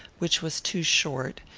which was too short,